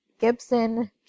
Gibson